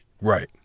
Right